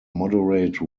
moderate